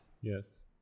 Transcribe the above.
yes